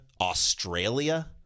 Australia